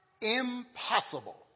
impossible